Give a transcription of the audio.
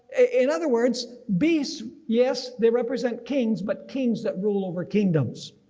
in other words, beasts, yes they represent kings but kings that rule over kingdoms.